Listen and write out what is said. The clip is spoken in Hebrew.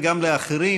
וגם לאחרים,